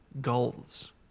goals